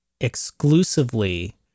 exclusively